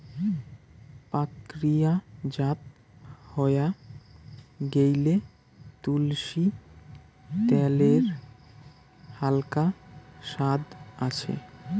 প্রক্রিয়াজাত হয়া গেইলে, তুলসী ত্যালের হালকা সাদ আছে